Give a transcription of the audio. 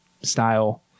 style